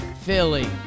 Philly